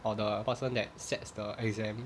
or the person that sets the exam